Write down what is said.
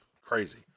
Crazy